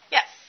Yes